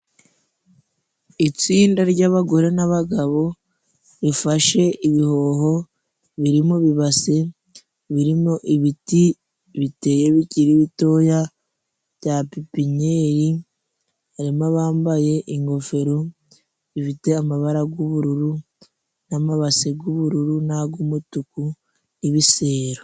Itsinda ry'abagore nabagabo rifashe ibihoho biri mu bibase, birimo ibiti biteye bikiri bitoya bya pepiniyeri, harimo abambaye ingofero, bifite amabara y'ubururu n'amabase y'ubururu, n'ay' umutuku, n' ibisero.